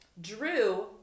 Drew